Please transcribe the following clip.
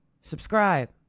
subscribe